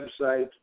website